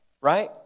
right